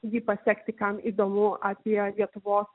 jį pasekti kam įdomu apie lietuvos